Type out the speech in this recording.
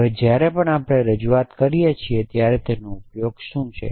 હવે જ્યારે પણ આપણે રજૂઆત કરીએ છીએ ત્યારે તેનો ઉપયોગ શું છે